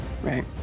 Right